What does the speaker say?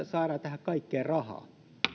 saadaan tähän kaikkeen rahaa